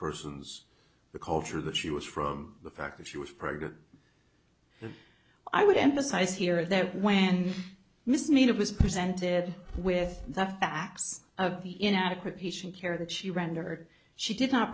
person's the culture that she was from the fact that she was pregnant and i would emphasize here that when miss nita was presented with the facts of the inadequate patient care that she rendered she did not